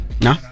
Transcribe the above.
No